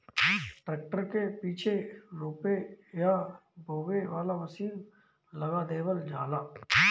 tractor के पीछे रोपे या बोवे वाला मशीन लगा देवल जाला